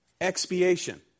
expiation